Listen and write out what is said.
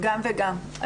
גם וגם.